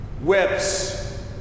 whips